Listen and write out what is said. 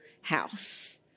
house